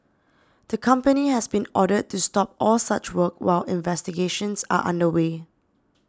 the company has been ordered to stop all such work while investigations are under way